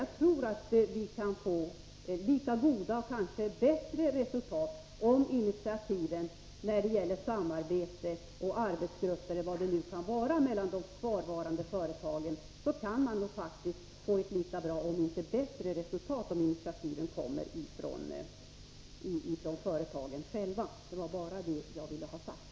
Jag tror att vi kan få lika goda och kanske bättre resultat, om initiativen till arbetsgrupper och samarbete mellan de kvarvarande företagen kommer från företagen själva. Bara detta ville jag ha sagt.